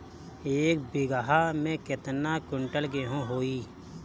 एक बीगहा में केतना कुंटल गेहूं होई?